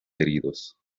heridos